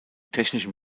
technischen